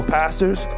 pastors